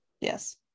yes